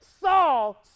Saul